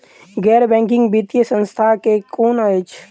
गैर बैंकिंग वित्तीय संस्था केँ कुन अछि?